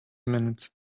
minute